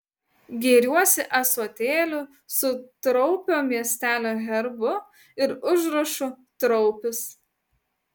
gėriuosi ąsotėliu su traupio miestelio herbu ir užrašu traupis